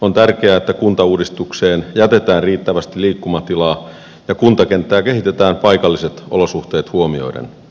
on tärkeää että kuntauudistukseen jätetään riittävästi liikkumatilaa ja kuntakenttää kehitetään paikalliset olosuhteet huomioiden